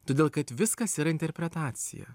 todėl kad viskas yra interpretacija